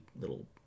little